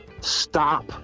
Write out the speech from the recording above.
stop